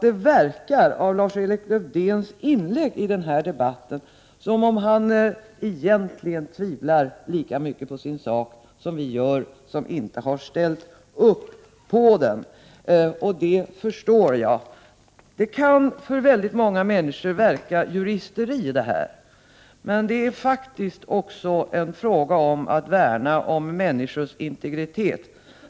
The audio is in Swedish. Det verkar av Lars-Erik Lövdéns inlägg i den här debatten som om han egentligen tvivlar på sin sak lika mycket som vi gör som inte står bakom den. Det förstår jag. För väldigt många människor kan detta verka juristeri, men det är faktiskt också en fråga om att värna om människors integritet.